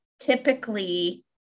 typically